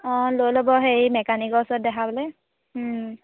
অঁ লৈ ল'ব হেৰি মেকানিকৰ ওচৰত দেখাাবলৈ